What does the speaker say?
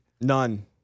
None